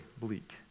bleak